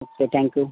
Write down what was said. अच्छा थँक्यू